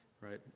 right